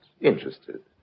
interested